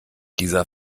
dieser